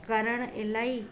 करणु इलाही